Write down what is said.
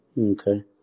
Okay